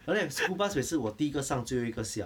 after that school bus 每次我第一个上最后一个下